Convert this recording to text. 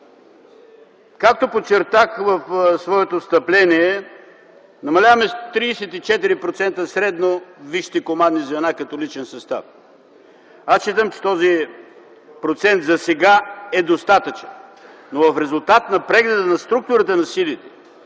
Както подчертах в своето встъпление намаляваме средно с 35% висшите командни звена като личен състав. Аз смятам, че този процент засега е достатъчен. Но в резултат на прегледа на структурата на силите,